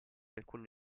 alcuni